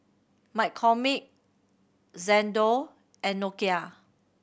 McCormick Xndo and Nokia